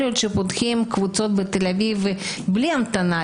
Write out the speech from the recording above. יכול להיות שפותחים בתל אביב קבוצות בלי המתנה,